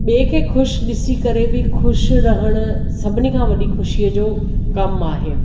ॿिए खे ख़ुशि ॾिसी करे बि ख़ुशि रहणु सभिनि खां वॾी ख़ुशीअ जो कम आहे